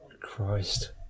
Christ